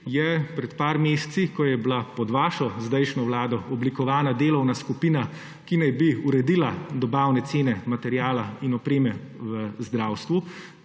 je pred nekaj meseci, ko je bila pod vašo zdajšnjo vlado oblikovana delovna skupina, ki naj bi uredila dobavne cene materiala in opreme v zdravstvu,